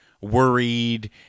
worried